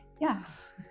Yes